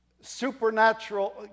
supernatural